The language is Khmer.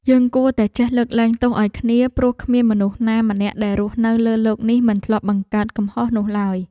យើងគួរតែចេះលើកលែងទោសឱ្យគ្នា ព្រោះគ្មានមនុស្សណាម្នាក់ដែលរស់នៅលើលោកនេះមិនធ្លាប់បង្កើតកំហុសនោះឡើយ។